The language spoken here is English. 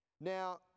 Now